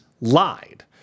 lied